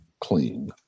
Clean